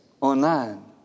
online